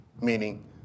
meaning